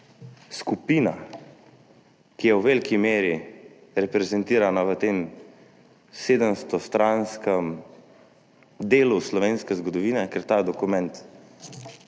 skupina, ki je v veliki meri reprezentirana v tem 700-stranskem delu slovenske zgodovine – ker ta dokument